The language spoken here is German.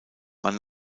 man